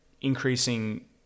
increasing